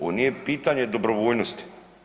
Ovo nije pitanje dobrovoljnosti.